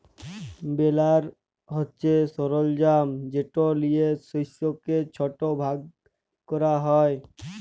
বেলার হছে সরলজাম যেট লিয়ে শস্যকে ছট ভাগ ক্যরা হ্যয়